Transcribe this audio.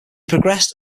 progressed